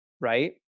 right